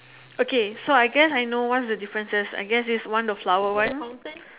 okay so I guess I know what's the differences I guess is one is the flower one